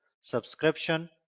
subscription